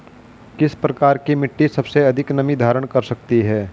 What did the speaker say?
किस प्रकार की मिट्टी सबसे अधिक नमी धारण कर सकती है?